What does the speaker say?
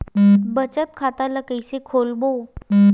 बचत खता ल कइसे खोलबों?